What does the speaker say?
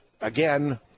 again